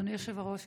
אדוני היושב-ראש,